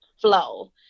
flow